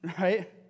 right